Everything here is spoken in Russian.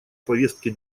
повестке